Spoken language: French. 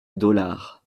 dollars